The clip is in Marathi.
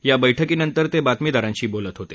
या बैठकीनंतर ते बातमीदारांशी बोलत होते